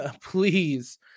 please